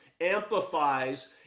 amplifies